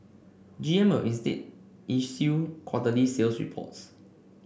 G M will instead issue quarterly sales reports